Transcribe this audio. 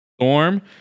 Storm